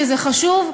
שזה חשוב,